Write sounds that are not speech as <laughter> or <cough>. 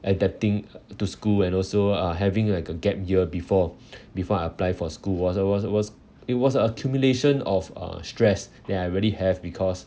adapting to school and also uh having like a gap year before <breath> before I apply for school I was I was I was it was a accumulation of uh stress that I really have because